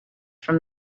from